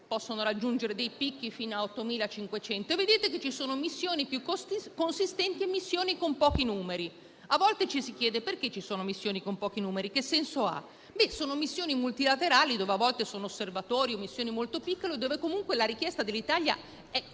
possono raggiungere picchi fino a 8.500. Ci sono missioni più consistenti e missioni con pochi numeri. A volte ci si chiede perché ci siano missioni con pochi numeri. Che senso hanno? Sono missioni multilaterali, dove a volte gli italiani sono osservatori, o missioni molto piccole dove comunque la richiesta dell'Italia è fatta